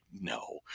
no